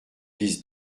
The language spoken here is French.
vise